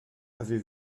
avez